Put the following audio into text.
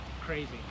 Crazy